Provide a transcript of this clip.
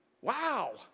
Wow